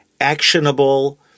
actionable